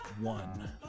one